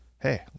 hey